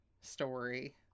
story